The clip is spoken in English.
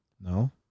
No